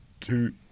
two